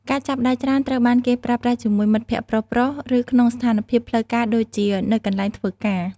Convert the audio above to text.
ការចាប់ដៃច្រើនត្រូវបានគេប្រើប្រាស់ជាមួយមិត្តភក្តិប្រុសៗ ឬក្នុងស្ថានភាពផ្លូវការដូចជានៅកន្លែងធ្វើការ។